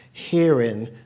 hearing